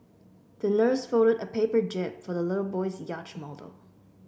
the nurse folded a paper jib for the little boy's yacht model